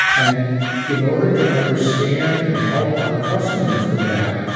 and in order to understand and help our customers with that,